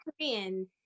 Korean